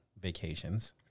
Vacations